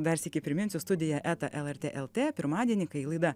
dar sykį priminsiu studija eta lrt lt pirmadienį kai laida